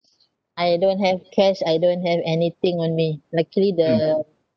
I don't have cash I don't have anything on me luckily the